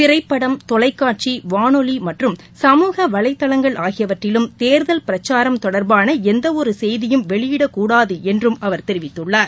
திரைப்படம் தொலைக்காட்சி வானொலி மற்றம் சமூக வலைதளங்கள் ஆகியவற்றிலும் தேர்தல் பிரச்சாரம் தொடர்பான எந்தவொரு செய்தியும் வெளியிடக் கூடாது என்றும் அவர் தெரிவித்துள்ளார்